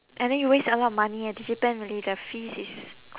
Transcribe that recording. and then you waste a lot of money ah digipen really the fees is